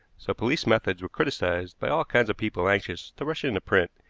so police methods were criticized by all kinds of people anxious to rush into print,